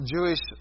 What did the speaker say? Jewish